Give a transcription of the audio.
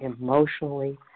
emotionally